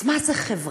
אז מה זה "חברתי"?